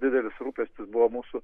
didelis rūpestis buvo mūsų